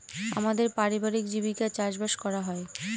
আমাদের পারিবারিক জীবিকা চাষবাস করা হয়